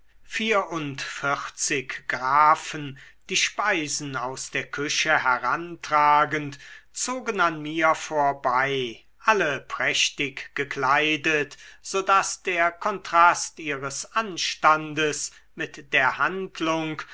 vierundvierzig grafen die speisen aus der küche herantragend zogen an mir vorbei alle prächtig gekleidet so daß der kontrast ihres anstandes mit der handlung